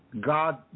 God